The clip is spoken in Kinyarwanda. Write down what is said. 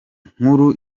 nkuru